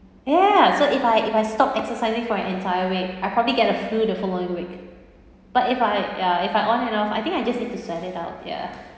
ya so if I if I stop exercising for an entire week I probably get a flu the following week but if I ya if I on and off I think I just need to sweat it out ya